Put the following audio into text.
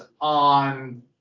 on